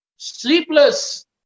Sleepless